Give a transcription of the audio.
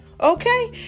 Okay